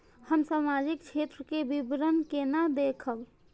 हम सामाजिक क्षेत्र के विवरण केना देखब?